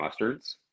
mustards